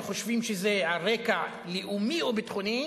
חושבים שהוא נמצא על רקע לאומי או ביטחוני,